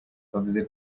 bavuze